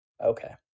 Okay